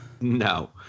No